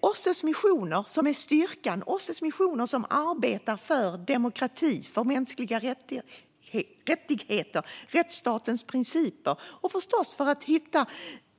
OSSE:s missioner är styrkan. De arbetar för demokrati, mänskliga rättigheter, rättsstatens principer och för att hitta